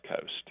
Coast